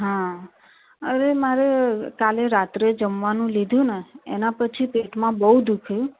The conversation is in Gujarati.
હા અરે મારે કાલે રાત્રે જમવાનું લીધું ને એના પછી પેટમાં બહુ દુખ્યું